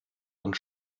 und